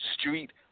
street